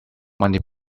money